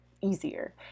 easier